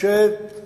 כשאת